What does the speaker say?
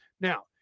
Now